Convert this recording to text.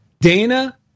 Dana